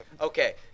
okay